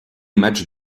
match